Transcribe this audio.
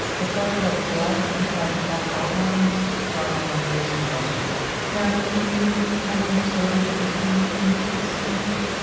the photo photo of blood inside a chalk outline brought up memories for mesro now, can you tell me a story based on looking at this image?